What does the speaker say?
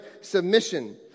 submission